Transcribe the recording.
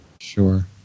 Sure